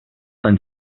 tan